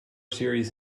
series